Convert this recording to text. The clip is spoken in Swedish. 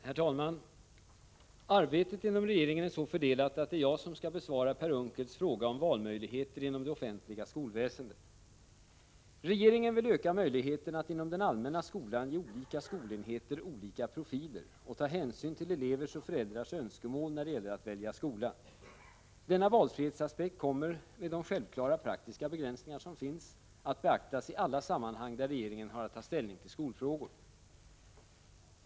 Herr talman! Arbetet inom regeringen är så fördelat att det är jag som skall besvara Per Unckels fråga om valmöjligheter inom det offentliga skolväsendet. Regeringen vill öka möjligheterna att inom den allmänna skolan ge olika skolenheter olika profiler och ta hänsyn till elevers och föräldrars önskemål när det gäller att välja skola. Denna valfrihetsaspekt kommer, med de självklara praktiska begränsningar som finns, att beaktas i alla sammanhang där regeringen har att ta ställning till skolfrågor.